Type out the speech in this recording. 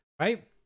right